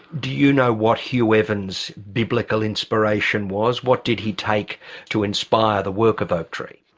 do you know what hugh evans' biblical inspiration was? what did he take to inspire the work of oaktree?